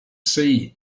see